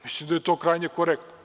Mislim da je to krajnje korektno.